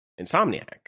Insomniac